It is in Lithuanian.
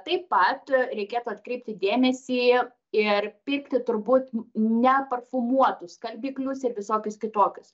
taip pat reikėtų atkreipti dėmesį ir pirkti turbūt ne parfumuotus skalbiklius ir visokius kitokius